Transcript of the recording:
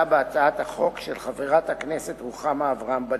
בהצעת החוק של חברת הכנסת רוחמה אברהם-בלילא.